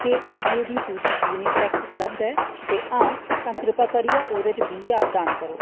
केह् ऐन्नजीओ दी सूची च यूनिसेफ उपलब्ध ऐ जे हां तां करिपा करियै ओह्दे च बीह् ज्हार दान करो